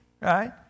Right